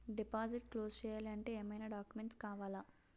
Deposit close చేయాలి అంటే ఏమైనా డాక్యుమెంట్స్ కావాలా?